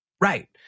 Right